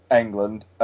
England